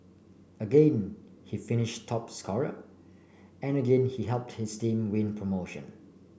again he finish top scorer and again he help his team win promotion